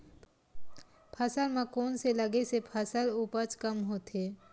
फसल म कोन से लगे से फसल उपज कम होथे?